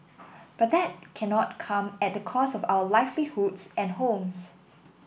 but that cannot come at the cost of our livelihoods and homes